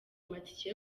amatike